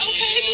Okay